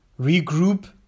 regroup